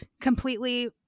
completely